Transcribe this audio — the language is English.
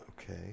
Okay